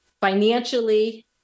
financially